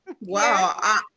wow